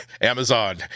Amazon